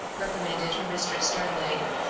reprimanded her mistress sternly.